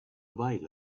while